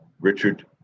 Richard